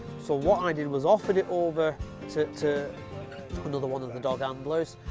so what i did was offer it over to to another one of the dog handlers.